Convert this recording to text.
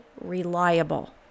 reliable